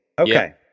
Okay